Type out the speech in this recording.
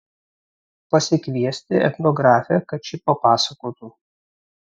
pasikviesti etnografę kad ši papasakotų